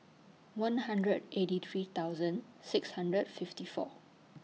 one hundred eighty three thousand six hundred fifty four